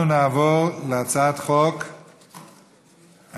אנחנו נעבור להצעת חוק הבאה,